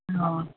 ꯑꯣ